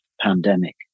pandemic